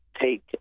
take